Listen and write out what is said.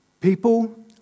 People